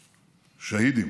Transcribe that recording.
שהידים.